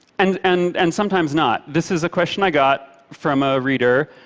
and and and sometimes not. this is a question i got from a reader,